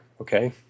okay